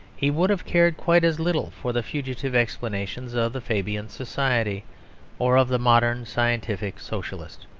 he would have cared quite as little for the fugitive explanations of the fabian society or of the modern scientific socialist.